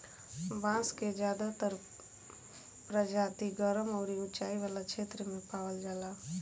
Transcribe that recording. बांस के ज्यादातर प्रजाति गरम अउरी उचाई वाला क्षेत्र में पावल जाला